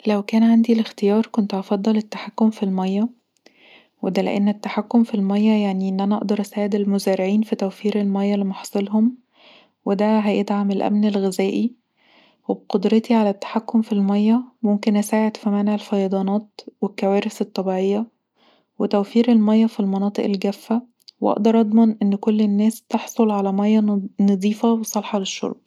لو كان عندي الاختيار كنت هفضل التحكم في الميه وده لأن التحكم في الميه يعني ان انا اقدر اساعد المزارعين في توفير الميه لمحاصيلهم وده هيدعم الأمن الغذائي وبقدرتي علي التحكم في الميه ممكن اساعد في منع الفيضانات والكوارث الطبيعيه وتوفير الميه في المناطق الجافه واقدر اضمن ان كل الناس تحصل علي ميه نضيفه وصالحه للشرب